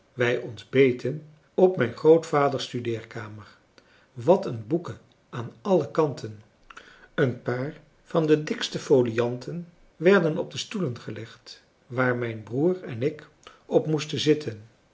wij ontbeten op mijn grootvaders studeerkamer wat een boeken aan alle kanten een paar van de dikste folianten werden op de stoelen gelegd waar mijn broer en ik op moesten zitten